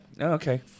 Okay